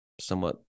somewhat